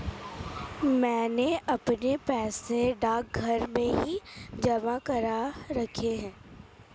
मैंने अपने पैसे डाकघर में ही जमा करा रखे हैं